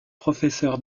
professeur